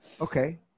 Okay